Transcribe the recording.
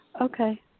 Okay